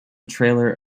trailer